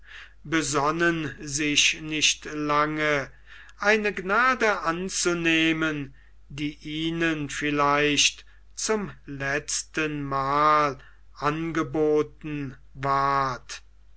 besannen sich nicht lange eine gnade anzunehmen die ihnen vielleicht zum letztenmal angeboten ward